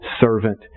servant